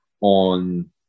on